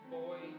boy